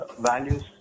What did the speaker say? values